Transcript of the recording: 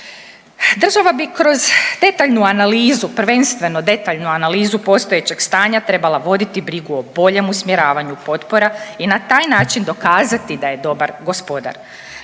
prvenstveno detaljnu analizu postojećeg stanja trebala voditi brigu o boljem usmjeravanju potpora i na taj način dokazati da je dobar gospodar.